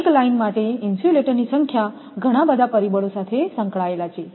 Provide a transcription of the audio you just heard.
તેથી એક લાઇન માટે ઇન્સ્યુલેટરની સંખ્યા ઘણા બધા પરિબળો સાથે સંકળાયેલા છે